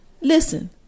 Listen